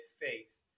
faith